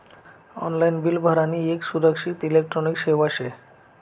online bill भरानी येक सुरक्षित इलेक्ट्रॉनिक सेवा शे